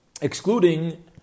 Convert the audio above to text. Excluding